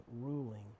ruling